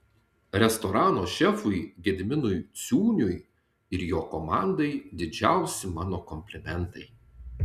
restorano šefui gediminui ciūniui ir jo komandai didžiausi mano komplimentai